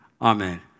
amen